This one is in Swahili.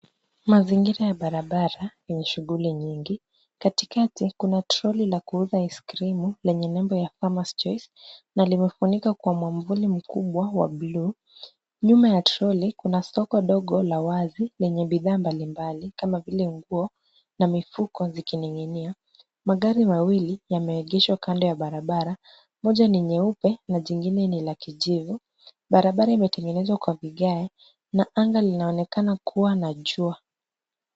Mazingira ya barabara yenye shughuli nyingi. Katikati kuna troli la kuuza iskrimu lenye nembo ya Farmer's choice na limefunikwa kwa mwavuli mkubwa wa bluu. Nyuma ya troli kuna soko dogo la wazi lenye bidhaa mbalimbali kama vile nguo na mifuko vikining'inia. Magari mawili yameegeshwa kando ya barabara, moja ni nyeupe na jingine ni la kijivu. Barabara imetengenezwa kwa vigae na anga linaonekana kuwa na jua.